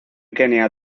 kenia